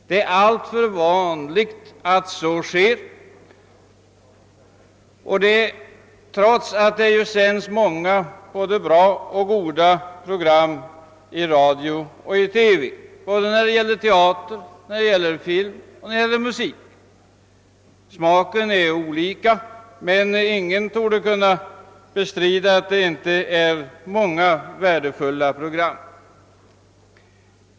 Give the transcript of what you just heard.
Det är alltför vanligt att så sker och detta trots att det sänds många bra program i radio och TV — som musik. Smaken är olika, men ingen torde kunna bestrida att det när det gäller såväl teater och film förekommer många värdefulla program.